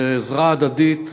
עזרה הדדית,